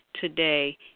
today